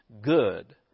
good